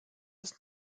ist